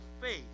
faith